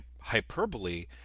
hyperbole